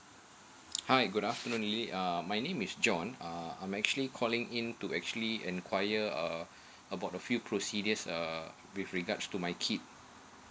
hi good afternoon um my name is john uh I'm actually calling in to actually enquire uh about a few procedures uh with regards to my kid